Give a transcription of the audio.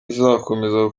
izakomeza